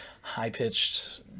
high-pitched